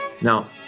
Now